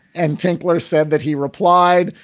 and tinkler said that he replied,